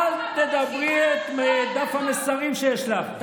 אל תדברי את דף המסרים שיש לך,